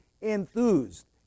enthused